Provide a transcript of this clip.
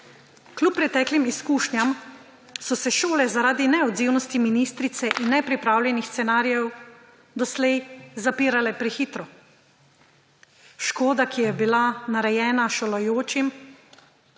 Kljub preteklim izkušnjam so se šole zaradi neodzivnosti ministrice in nepripravljenih scenarijev doslej zapirale prehitro. Škoda, ki je bila narejena šolajočim,